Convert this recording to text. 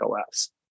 OS